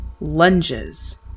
lunges